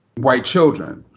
white children.